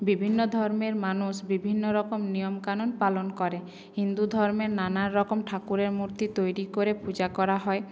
বিভিন্ন ধর্মের মানুষ বিভিন্ন রকম নিয়মকানুন পালন করে হিন্দুধর্মে নানারকম ঠাকুরের মূর্তি তৈরি করে পূজা করা হয়